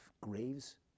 graves